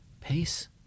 peace